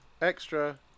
Extra